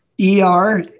E-R